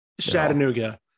Chattanooga